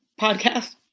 podcast